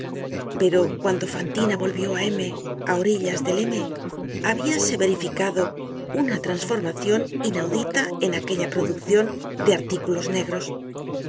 pero cuando fantina volvió á m á orillas del m habíase verificado una trasformacion inaudita en aquella produccion de artículos negros a